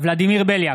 ולדימיר בליאק,